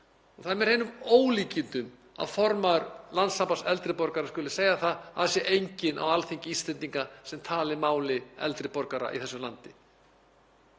það er með hreinum ólíkindum að formaður Landssambands eldri borgara skuli segja að það sé enginn á Alþingi Íslendinga sem tali máli eldri borgara í þessu landi.